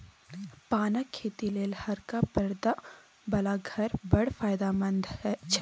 पानक खेती लेल हरका परदा बला घर बड़ फायदामंद छै